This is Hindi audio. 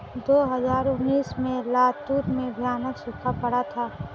दो हज़ार उन्नीस में लातूर में भयानक सूखा पड़ा था